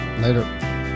Later